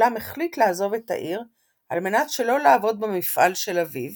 אולם החליט לעזוב את העיר על מנת שלא לעבוד במפעל של אביו